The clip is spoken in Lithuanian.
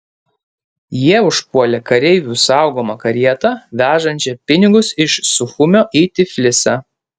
jie užpuolė kareivių saugomą karietą vežančią pinigus iš suchumio į tiflisą